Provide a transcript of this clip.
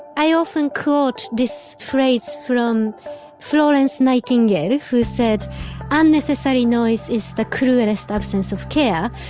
i often quote this phrase from florence nightingale who said unnecessary noise is the cruelest absence of care.